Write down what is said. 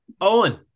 Owen